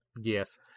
Yes